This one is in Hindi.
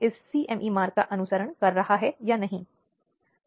ऐसे मामलों में यह सरकारी वकील ही होगा जो मामले को देखेगा